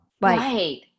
Right